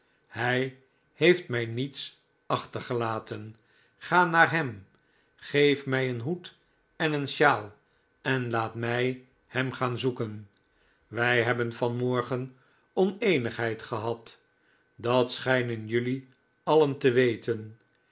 hij heeft mij niets achtergelaten ga naar hem geef mij een hoed en een sjaal en laat mij hem gaan zoeken wij hebben vanmorgen oneenigheid gehad dat schijnen jelui alien te weten